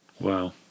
Wow